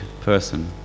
person